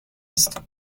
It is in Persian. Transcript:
است